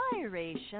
inspiration